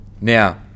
Now